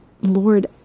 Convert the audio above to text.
Lord